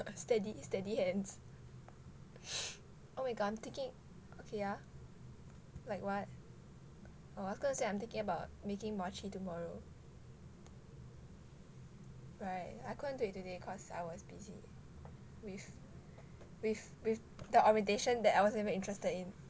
steady steady hands oh my god I am thinking yeah like what oh I wanted to say I'm thinking about making mochi tomorrow [right] I couldn't do it today cause I was busy with with with the orientation that I wasn't even interested in